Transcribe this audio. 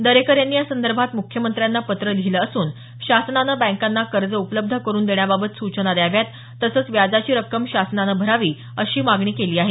दरेकर यांनी यांसदर्भात मुख्यमंत्र्यांना पत्र लिहिलं असून शासनाने बँकांना कर्ज उपलब्ध करुन देण्याबाबत सूचना द्याव्यात तसंच व्याजाची रक्कम शासनाने भरावी अशी मागणी केली आहे